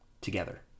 together